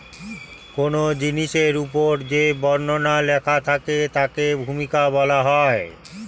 কোন জিনিসের উপর যে বর্ণনা লেখা থাকে তাকে ভূমিকা বলা হয়